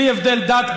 בלי הבדל דת,